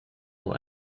nur